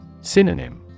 Synonym